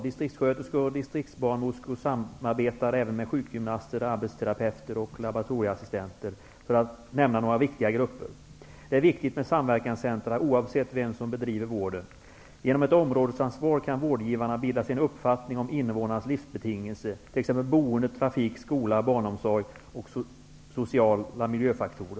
Distriktssköterskor och distriktsbarnmorskor samarbetar även med sjukgymnaster, arbetsterapeuter och laboratorieassistenter, för att nämna några viktiga grupper. Det är viktigt med samverkanscentra oavsett vem som bedriver vården. Genom ett områdesansvar kan vårdgivarna bilda sig en uppfattning om invånarnas livsbetingelser, t.ex. boende, trafik, skola, barnomsorg och sociala miljöeffekter.